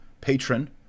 patron